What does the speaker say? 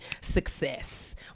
success